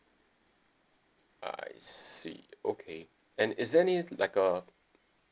I see okay and is there any like uh